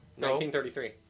1933